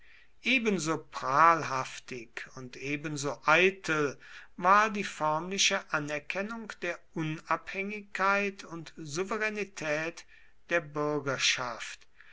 ebenso prahlhaftig und ebenso eitel war die förmliche anerkennung der unabhängigkeit und souveränität der bürgerschaft